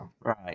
Right